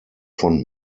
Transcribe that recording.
von